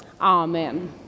Amen